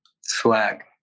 Swag